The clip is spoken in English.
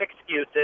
excuses